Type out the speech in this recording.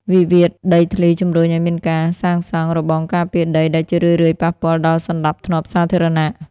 វិវាទដីធ្លីជំរុញឱ្យមានការសាងសង់របងការពារដី ដែលជារឿយៗប៉ះពាល់ដល់សណ្ដាប់ធ្នាប់សាធារណៈ។